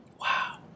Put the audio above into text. Wow